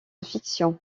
fiction